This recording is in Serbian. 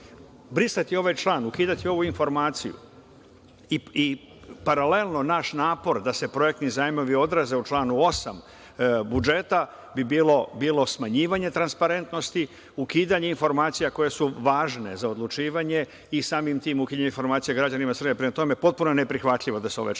Brisati ovaj član, ukidati ovu informaciju i paralelno naš napor da se projektni zajmovi odraze u članu 8. budžeta bi bilo smanjivanje transparentnosti, ukidanje informacija koje su važne za odlučivanje i samim tim ukidanje informacija građanima Srbije. Prema tome, potpuno je neprihvatljivo da se ovaj član